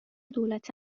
دولت